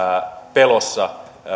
pelossa